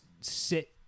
sit